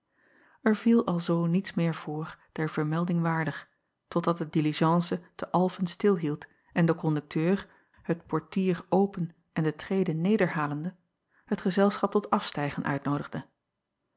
r viel alzoo niets meer voor der vermelding waardig totdat de diligence te lfen stilhield en de kondukteur het portier open en de trede nederhalende het gezelschap tot afstijgen uitnoodigde